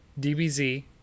DBZ